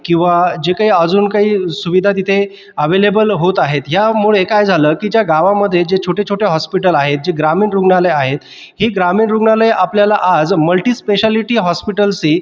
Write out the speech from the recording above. किंवा जे काही अजून काही सुविधा तिथे अव्हेलेबल होत आहेत ह्यामुळे काय झालं की ज्या गावामध्ये जे छोटेछोटे हॉस्पिटल आहेत जे ग्रामीण रुग्णालय आहेत ही ग्रामीण रुग्णालये आपल्याला आज मल्टीस्पेशालिटी हॉस्पिटल्सशी